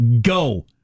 Go